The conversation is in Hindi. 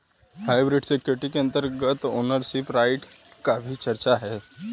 हाइब्रिड सिक्योरिटी के अंतर्गत ओनरशिप राइट की भी चर्चा होती है